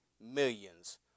millions